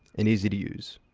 and easy to use.